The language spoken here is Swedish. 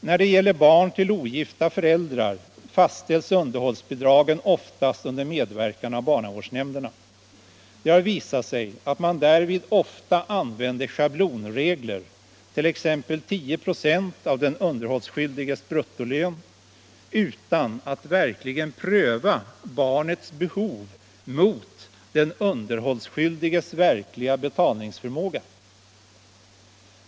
När det gäller barn till ogifta föräldrar fastställs underhållsbidragen oftast under medverkan av barnavårdsnämnderna. Det har visat sig att man därvid ofta använder schablonregler, t. ex 10 ”6 av den underhållsskyldiges bruttolön, utan att: verkligen pröva barnets behov mot den underhållsskyldiges verkliga betalningsförmåga.